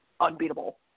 unbeatable